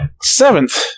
seventh